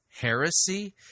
heresy